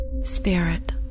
Spirit